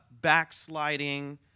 backsliding